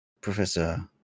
Professor